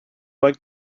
liked